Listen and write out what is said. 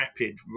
rapid